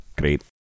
great